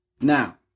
Now